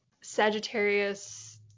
Sagittarius